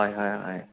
হয় হয় হয়